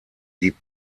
die